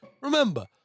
Remember